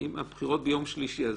אם הבחירות ביום שלישי,